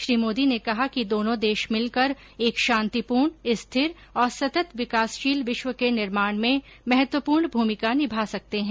श्री मोदी ने कहा कि दोनों देश मिलकर एक शांतिपूर्ण स्थिर और सतत विकासशील विश्व के निर्माण में महत्वपूर्ण भूमिका निभा सकते हैं